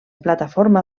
plataforma